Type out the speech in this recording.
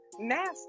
Nasty